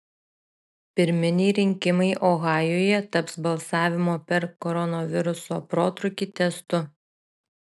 pirminiai rinkimai ohajuje taps balsavimo per koronaviruso protrūkį testu